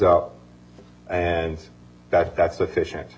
up and that's that's sufficient